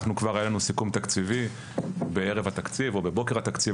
כבר היה לנו סיכום תקציבי בערב התקציב או יותר נכון בבוקר התקציב,